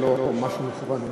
זה לא משהו מכוון אלייך.